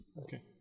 Okay